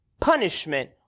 punishment